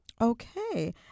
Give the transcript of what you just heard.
Okay